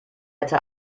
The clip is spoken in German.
hätte